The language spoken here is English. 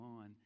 on